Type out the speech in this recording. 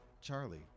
Charlie